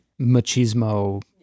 machismo